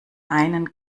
einen